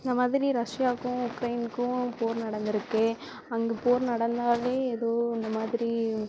இந்த மாதிரி ரஷ்யாவுக்கும் உக்ரைனுக்கும் போர் நடந்துருக்குது அங்கு போர் நடந்தாவே ஏதோ இந்த மாதிரி